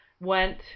went